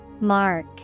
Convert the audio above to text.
Mark